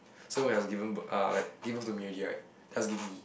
so when I was given b~ uh like give birth to me already right just give me